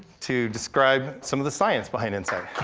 to describe some of the science behind insight.